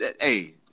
hey